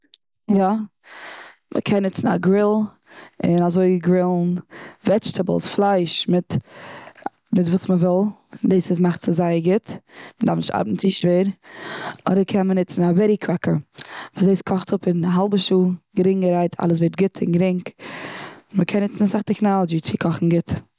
יא, מ'קען ניצן א גריל און אזוי גרילן וועדזשעטעיבלס, פלייש מיט א מיט וואס מ'וויל, דאס איז דאס מאכט עס זייער גוט, מ'דארף נישט ארבעטן צו שווער אדער קען מען ניצן א בעטי קראקער, וואס דאס קאכט אפ און א האלבע שעה גרינגערהייט אלעס ווערט גוט און גרינג. מ'קען ניצן אסאך טעקנאלידשי צי קאכן גרינג און גוט.